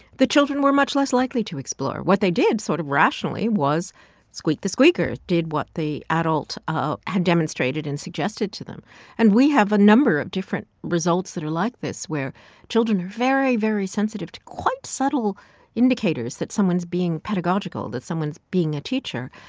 the children were much less likely to explore. what they did, sort of rationally, was squeak the squeaker, did what the adult ah had demonstrated and suggested to them and we have a number of different results that are like this where children are very, very sensitive to quite subtle indicators that someone's being pedagogical, that someone's being a teacher,